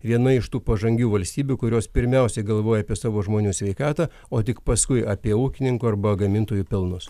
viena iš tų pažangių valstybių kurios pirmiausiai galvoja apie savo žmonių sveikatą o tik paskui apie ūkininkų arba gamintojų pelnus